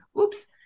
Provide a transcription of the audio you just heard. Oops